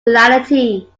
reality